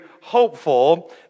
hopeful